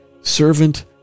servant